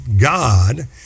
God